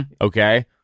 okay